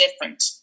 different